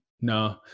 No